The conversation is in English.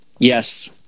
Yes